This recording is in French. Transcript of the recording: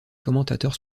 commentateurs